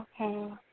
Okay